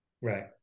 Right